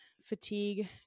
fatigue